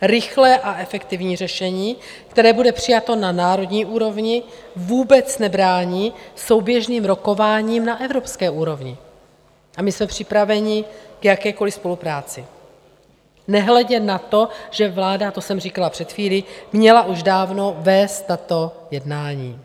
Rychlé a efektivní řešení, které bude přijato na národní úrovni, vůbec nebrání souběžným rokováním na evropské úrovni a my jsme připraveni k jakékoliv spolupráci, nehledě na to, že vláda, a to jsem říkala před chvílí, měla už dávno vést tato jednání.